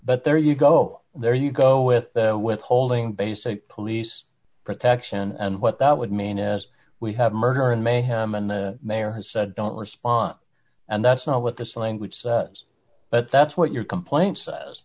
but there you go there you go with withholding basic police protection and what that would mean as we have murder and mayhem and the mayor has said don't respond and that's not what this language but that's what your complaint s